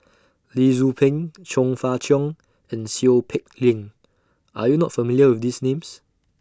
Lee Tzu Pheng Chong Fah Cheong and Seow Peck Leng Are YOU not familiar with These Names